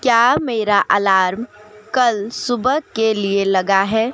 क्या मेरा अलार्म कल सुबह के लिए लगा है